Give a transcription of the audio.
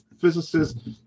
physicists